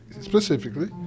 specifically